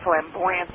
flamboyant